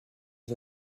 les